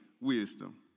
wisdom